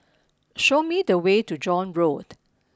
show me the way to John Road